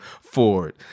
Ford